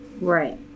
Right